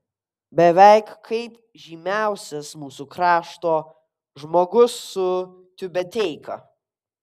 beveik kaip žymiausias mūsų krašto žmogus su tiubeteika